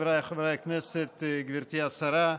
חבריי חברי הכנסת, גברתי השרה,